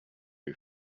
who